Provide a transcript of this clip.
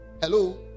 hello